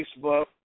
Facebook